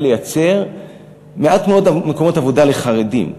לייצר מעט מאוד מקומות עבודה לחרדים,